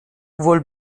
vuol